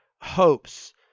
hopes